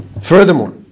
Furthermore